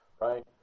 right